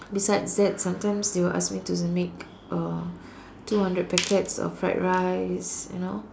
besides that sometimes they will ask me to make uh two hundred packets of fried rice you know